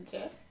Jeff